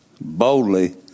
boldly